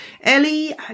Ellie